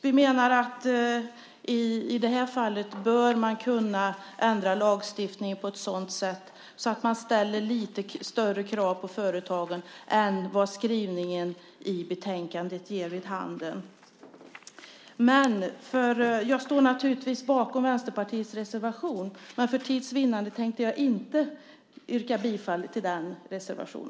Vi menar att man i det här fallet bör kunna ändra lagstiftningen på ett sådant sätt att man ställer lite större krav på företagen än vad skrivningen i betänkandet ger vid handen. Jag står naturligtvis bakom Vänsterpartiets reservation, men för tids vinnande yrkar jag inte bifall till den.